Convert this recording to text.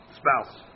spouse